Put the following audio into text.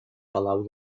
palau